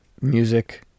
music